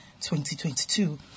2022